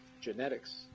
genetics